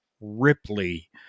Ripley